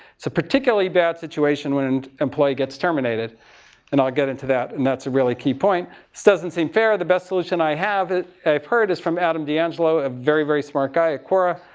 so particularly bad situation when an employee gets terminated and i'll get into that and that's a really key point. this doesn't seem fair, the best solution i have heard is from adam d'angelo, a very, very smart guy at quora.